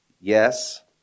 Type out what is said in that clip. Yes